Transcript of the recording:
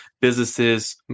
businesses